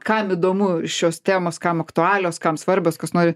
kam įdomu šios temos kam aktualios kam svarbios kas nori